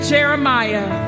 Jeremiah